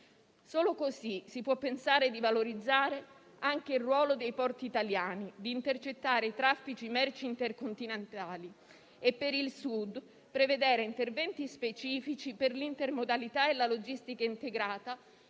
Solo così si può pensare di valorizzare anche il ruolo dei porti italiani, di intercettare i traffici merci intercontinentali e per il Sud prevedere interventi specifici per l'intermodalità e la logistica integrata